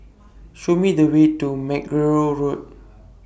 Show Me The Way to Mackerrow Road